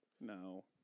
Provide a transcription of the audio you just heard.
No